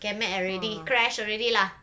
kemek already crash already lah